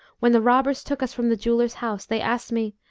when the robbers took us from the jeweller's house they asked me,